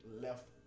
left